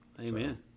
Amen